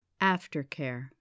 Aftercare